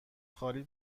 خالی